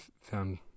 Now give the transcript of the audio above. found